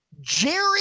Jerry